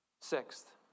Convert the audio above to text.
Sixth